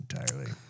entirely